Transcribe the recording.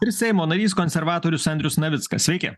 ir seimo narys konservatorius andrius navickas sveiki